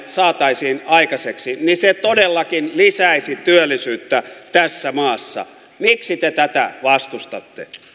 saataisiin aikaiseksi niin se todellakin lisäisi työllisyyttä tässä maassa miksi te tätä vastustatte